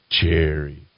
Cherry